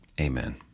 Amen